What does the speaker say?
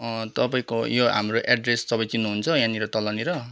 तपाईँको यो हाम्रो एड्रेस तपाईँ चिन्नुहुन्छ यहाँनिर तलनिर